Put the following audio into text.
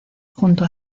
junto